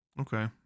Okay